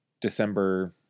December